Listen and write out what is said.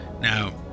Now